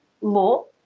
law